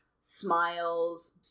smiles